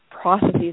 processes